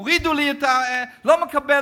לא מקבל